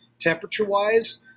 temperature-wise